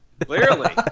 Clearly